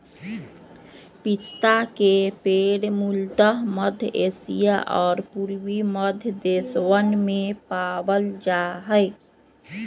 पिस्ता के पेड़ मूलतः मध्य एशिया और पूर्वी मध्य देशवन में पावल जा हई